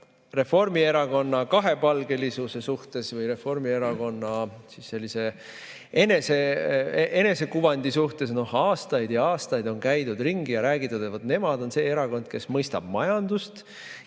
Reformierakonna kahepalgelisuse suhtes või Reformierakonna enesekuvandi suhtes. Aastaid ja aastaid on käidud ringi ja räägitud, et nemad on see erakond, kes mõistab majandust